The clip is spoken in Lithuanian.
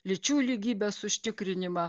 lyčių lygybės užtikrinimą